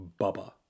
Bubba